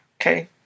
Okay